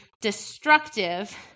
destructive